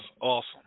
awesome